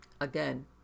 again